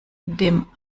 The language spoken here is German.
dem